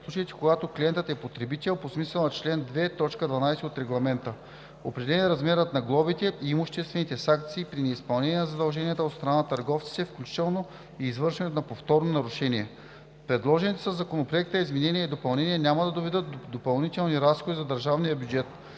в случаите, когато клиентът е потребител по смисъла на чл. 2, т. 12 от Регламента. Определен е размерът на глобите и имуществените санкции при неизпълнение на задълженията от страна на търговците, включително при извършването на повторно нарушение. Предложените със Законопроекта изменения и допълнения няма да доведат до допълнителни разходи за държавния бюджет.